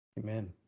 Amen